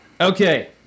Okay